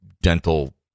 dental